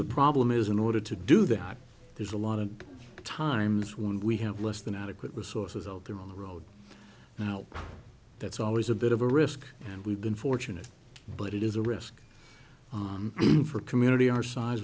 the problem is in order to do the hype there's a lot of times when we have less than adequate resources out there on the road now that's always a bit of a risk and we've been fortunate but it is a risk for community our size